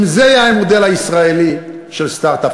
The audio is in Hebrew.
אם זה יהיה המודל הישראלי של סטרט-אפ.